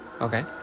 Okay